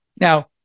Now